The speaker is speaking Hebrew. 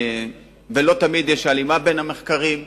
ולא תמיד יש הלימה בין המחקרים.